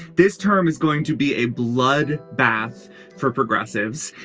this term is going to be a blood bath for progressives.